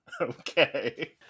Okay